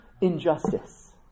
injustice